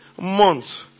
months